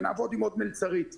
ונעבוד עם עוד מלצרית אחת.